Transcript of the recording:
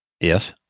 Yes